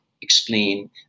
explain